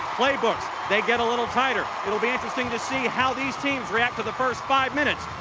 playbooks, they get a little tighter. it will be interesting to see how these teams react to the first five minutes.